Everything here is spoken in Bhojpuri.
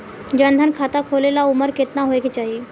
जन धन खाता खोले ला उमर केतना होए के चाही?